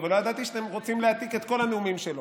אבל לא ידעתי שאתם רוצים להעתיק את כל הנאומים שלו.